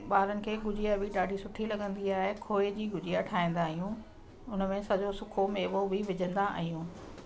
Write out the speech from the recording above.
ॿारनि खे गुजिया बि ॾाढी सुठी लॻंदी आहे खोए जी गुजिया ठाहींदा आहियूं उनमें सॼो सुको मेवो बि विझंदा आहियूं